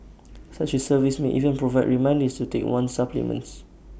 such A service may even provide reminders to take one's supplements